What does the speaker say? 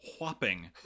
whopping